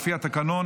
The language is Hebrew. לפי התקנון,